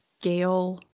Gail